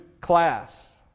class